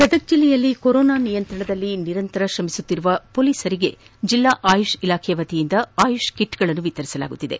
ಗದಗ ಜಿಲ್ಲೆಯಲ್ಲಿ ಕೊರೋನಾ ನಿಯಂತ್ರಣದಲ್ಲಿ ನಿರಂತರ ಶ್ರಮಿಸುತ್ತಿರುವ ಶೋಲೀಸರಿಗೆ ಜಿಲ್ಲಾ ಆಯುಷ್ ಇಲಾಖೆ ವತಿಯಿಂದ ಆಯುಷ್ ಕಿಟ್ಗಳನ್ನು ವಿತರಿಸಲಾಗುತ್ತಿದೆ